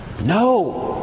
No